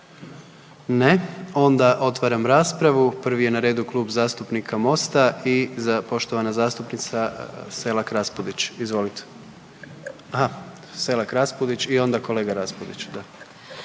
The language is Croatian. Ne. Onda otvaram raspravu, prvi je na redu Klub zastupnika Mosta i poštovana zastupnica Selak RAspudić i onda kolega Raspudić.